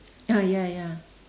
ah ya ya